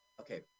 Okay